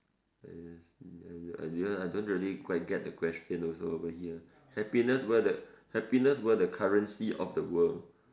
I didn't I don't really quite get the question also over here happiness were the happiness were the currency of the world